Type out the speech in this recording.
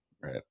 right